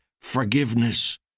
forgiveness